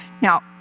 Now